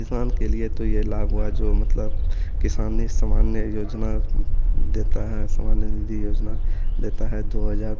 किसान के लिए तो यह लाभ हुआ जो मतलब किसानी सम्मान योजना देता है सम्मान निधि योजना देता है दो हज़ार